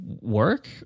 work